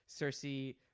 Cersei